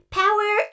power